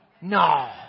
No